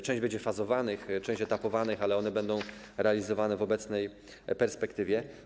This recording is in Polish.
Część będzie fazowanych, część etapowanych, ale one będą realizowane w obecnej perspektywie.